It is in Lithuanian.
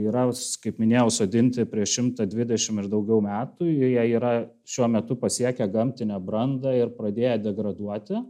yra kaip minėjau sodinti prieš šimtą dvidešimt ir daugiau metų joje yra šiuo metu pasiekę gamtinę brandą ir pradėję degraduoti